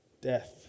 death